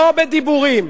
לא בדיבורים,